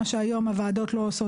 מה שהיום הוועדות לא עושות,